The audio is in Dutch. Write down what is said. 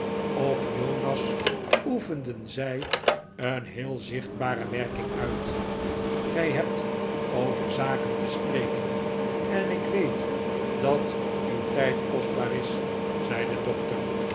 op jonas oefenden zij een heel zichtbare werking uit gij hebt over zaken te spreken en ik weet dat'uw tijd kostbaar is zei de dokter